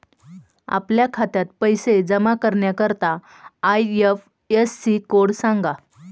आपल्या खात्यात पैसे जमा करण्याकरता आय.एफ.एस.सी कोड सांगा